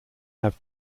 have